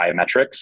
biometrics